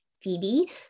Phoebe